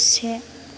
से